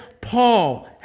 Paul